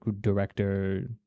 director